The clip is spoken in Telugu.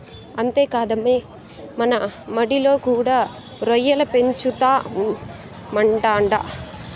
అంతేకాదమ్మీ మన మడిలో కూడా రొయ్యల పెంచుదామంటాండా